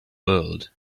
world